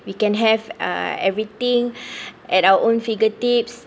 we can have uh everything at our own fingertips